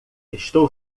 estou